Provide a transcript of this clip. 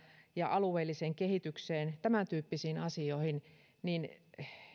ja alueelliseen kehitykseen tämäntyyppisiin asioihin